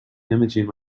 imagining